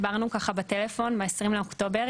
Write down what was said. דיברנו בטלפון ב-20 באוקטובר,